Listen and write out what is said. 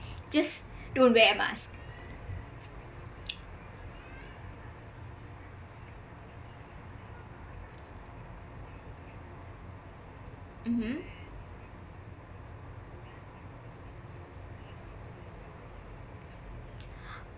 just don't wear a mask mmhmm